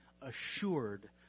assured